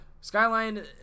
Skyline